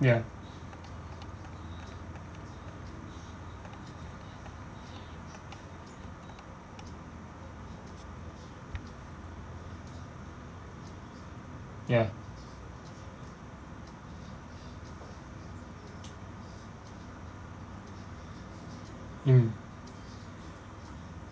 ya ya mm